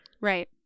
Right